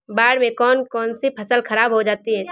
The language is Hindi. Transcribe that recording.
बाढ़ से कौन कौन सी फसल खराब हो जाती है?